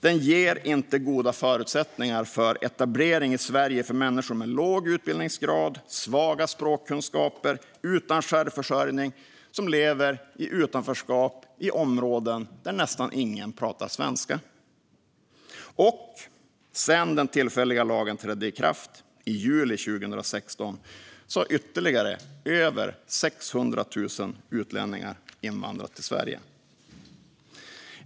Den ger inte goda förutsättningar för etablering i Sverige för människor med låg utbildningsgrad och svaga språkkunskaper som saknar självförsörjning och lever i utanförskap i områden där nästan ingen talar svenska. Och sedan den tillfälliga lagen trädde i kraft i juli 2016 har ytterligare över 600 000 utlänningar invandrat till Sverige.